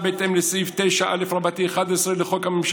חברות וחברי